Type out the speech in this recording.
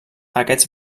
aquests